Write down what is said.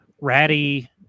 Ratty